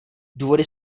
důvody